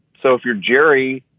so if you're jerry,